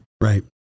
right